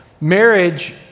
Marriage